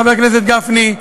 חבר הכנסת גפני.